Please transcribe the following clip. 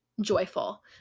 joyful